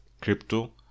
crypto